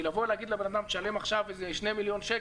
כי לבוא ולהגיד לאדם: תשלם עכשיו שני מיליון שקלים,